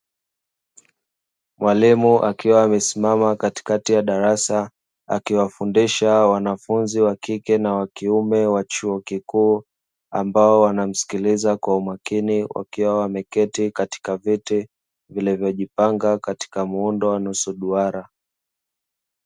Mwalimu akiwa amesimama katikati ya darasa akiwafundisha wanafunzi wa kike na wa kiume wa chuo kikuu ambao wanamsikiliza kwa makini wakiwa wameketi katika viti vilivyojipanga katika muundo wa nusu duara.